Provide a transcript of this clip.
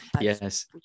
yes